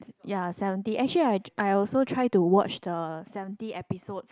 ya seventy actually I I also try to watch the seventy episodes